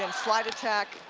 and slide attack.